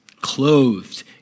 clothed